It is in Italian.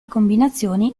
combinazioni